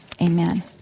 amen